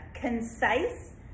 concise